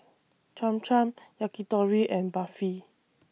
Cham Cham Yakitori and Barfi